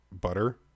butter